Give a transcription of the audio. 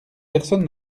personne